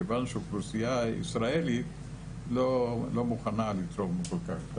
מכיוון שהאוכלוסייה הישראלית לא מוכנה כל כך לתרום את הביציות.